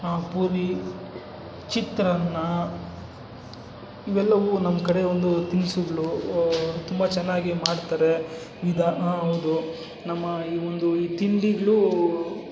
ಹಾಂ ಪೂರಿ ಚಿತ್ರನ್ನಾ ಇವೆಲ್ಲವು ನಮ್ಮ ಕಡೆ ಒಂದು ತಿನಿಸುಗಳು ತುಂಬ ಚೆನ್ನಾಗಿ ಮಾಡ್ತಾರೆ ಇದು ಆಂ ಹೌದು ನಮ್ಮ ಈ ಒಂದು ಈ ತಿಂಡಿಗಳು